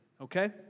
Okay